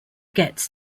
gets